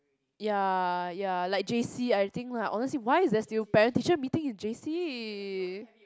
ya ya like J_C I think like honestly why is there still parent teacher meeting in J_C